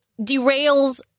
derails